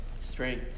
Straight